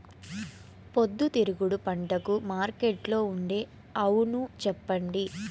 పొద్దుతిరుగుడు పంటకు మార్కెట్లో ఉండే అవును చెప్పండి?